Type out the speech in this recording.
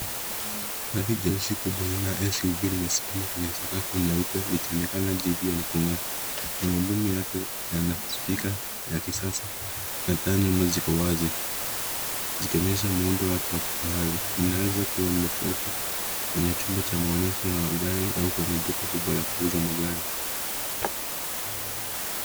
Gari kubwa jeusi aina ya suv lime sukumwa kwenye sakafu nyeupe likionekana jipya na kungaa. Magurudumu yake yana Spika ya kisasa na taa nyuma ziko wazi zikionyesha Muundo wake wa kifahari linaweza kuwa limepaki kwenye chumba cha maonyesho la gari au kwenye chumba kubwa la magari.